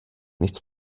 nichts